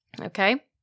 okay